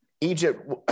Egypt